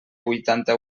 huitanta